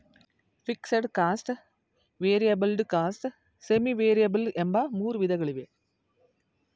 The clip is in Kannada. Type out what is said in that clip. fixed cost, variable cost, semi variable ಎಂಬ ಮೂರು ವಿಧಗಳಿವೆ